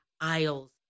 aisles